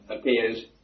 appears